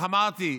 איך אמרתי?